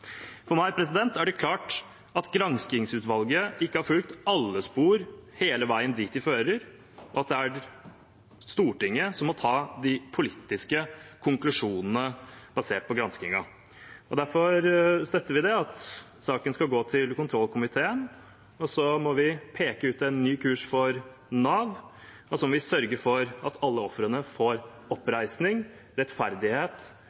For meg er det klart at granskingsutvalget ikke har fulgt alle spor hele veien dit de fører, og at det er Stortinget som må trekke de politiske konklusjonene basert på granskingen. Derfor støtter vi at saken skal gå til kontrollkomiteen, vi må peke ut en ny kurs for Nav, og vi må sørge for at alle ofrene får